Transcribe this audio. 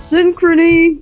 Synchrony